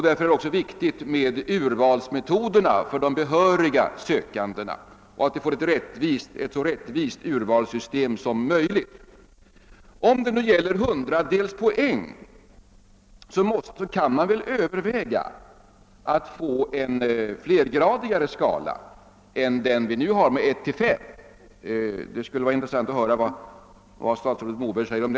Därför är det också viktigt att vi får ett så rättvist urvalssystem som möjligt för behöriga sökande. När en hundradels poäng kan vara utslagsgivande borde man väl kunna överväga att införa en skala med flera grader än den som vi nu har och som går från 1 till 5. Det skulle vara intressant att höra vad statsrådet Moberg säger härom.